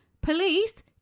police